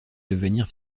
devenir